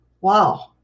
Wow